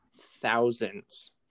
thousands